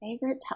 favorite